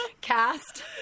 cast